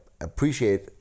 appreciate